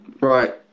Right